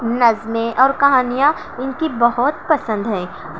نظمیں اور کہانیاں ان کی بہت پسند ہیں